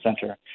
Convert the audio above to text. Center